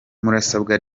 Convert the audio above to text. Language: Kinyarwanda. murasabwa